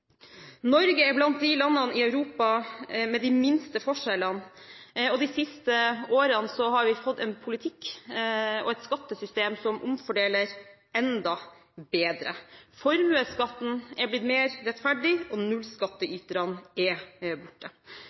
Norge er blant de landene i Europa med de minste forskjellene. De siste årene har vi fått en politikk og et skattesystem som omfordeler enda bedre. Formuesskatten er blitt mer rettferdig, og nullskattyterne er borte.